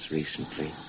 recently